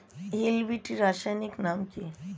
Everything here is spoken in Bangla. হিল বিটি রাসায়নিক নাম কি?